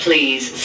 Please